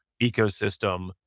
ecosystem